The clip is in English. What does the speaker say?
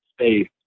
space